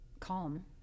Calm